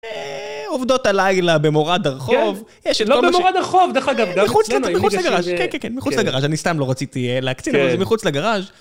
עובדות הלילה במורד הרחוב. שלא במורד הרחוב, דרך אגב. מחוץ לגרז', מחוץ לגרז', אני סתם לא רציתי להקצין, אבל זה מחוץ לגרז'.